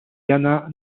jana